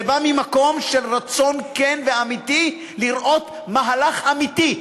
זה בא ממקום של רצון כן ואמיתי לראות מהלך אמיתי.